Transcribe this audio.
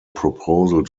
proposal